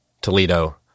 Toledo